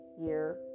year